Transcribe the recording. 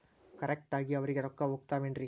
Correct ಆಗಿ ಅವರಿಗೆ ರೊಕ್ಕ ಹೋಗ್ತಾವೇನ್ರಿ?